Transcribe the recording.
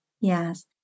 yes